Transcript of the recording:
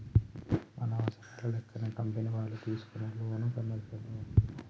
మన అవసరాల లెక్కనే కంపెనీ వాళ్ళు తీసుకునే లోను కమర్షియల్ లోన్లు